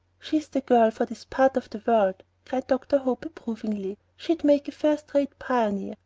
she's the girl for this part of the world, cried dr. hope, approvingly. she'd make a first-rate pioneer.